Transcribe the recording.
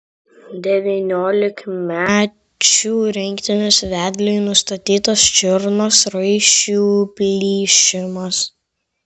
devyniolikmečių rinktinės vedliui nustatytas čiurnos raiščių plyšimas